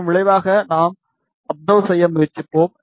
அதன் விளைவாக நாம் அபிசர்வ் செய்ய முயற்சிப்போம்